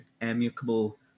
amicable